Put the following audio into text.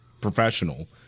professional